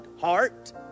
heart